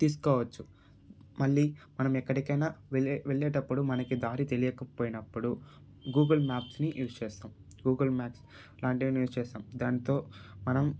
తీసుకోవచ్చు మళ్ళీ మనం ఎక్కడికైనా వెళ్ళే వెళ్ళేటప్పుడు మనకి దారి తెలియకపోయినప్పుడు గూగుల్ మ్యాప్స్ని యూస్ చేస్తాం గూగుల్ మ్యాప్స్ లాంటివి యూస్ చేస్తాం దాంతో మనము